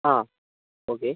ആ ഓക്കെ